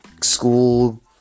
school